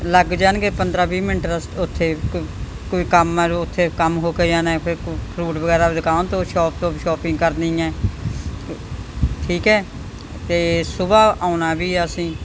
ਲੱਗ ਜਾਣਗੇ ਪੰਦਰਾਂ ਵੀਹ ਮਿੰਟ ਰਸਤੇ ਉੱਥੇ ਕੋਈ ਕੋਈ ਕੰਮ ਔਰ ਉੱਥੇ ਕੰਮ ਹੋ ਕੇ ਜਾਣਾ ਫਿਰ ਫਰੂਟ ਵਗੈਰਾ ਦੁਕਾਨ ਤੋਂ ਸ਼ੋਪ ਤੋਂ ਸ਼ੋਪਿੰਗ ਕਰਨੀ ਹੈ ਠੀਕ ਹੈ ਅਤੇ ਸੁਬਹਾ ਆਉਣਾ ਵੀ ਹੈ ਅਸੀਂ